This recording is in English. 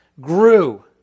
grew